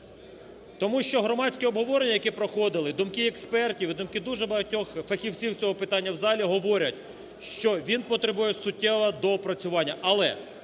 Тому що громадське обговорення, яке проходили, думки експертів і думки дуже багатьох фахівців з цього питання в залі говорять, що він потребує суттєвого доопрацювання.